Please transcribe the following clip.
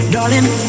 Darling